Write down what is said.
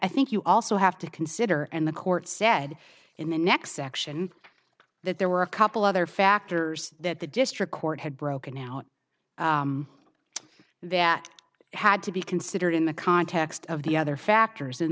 think you also have to consider and the court said in the next section that there were a couple other factors that the district court had broken out that had to be considered in the context of the other factors